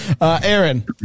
Aaron